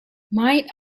might